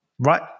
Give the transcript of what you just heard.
right